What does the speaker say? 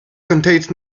contains